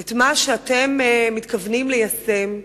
את מה שאתם מתכוונים ליישם,